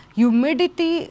humidity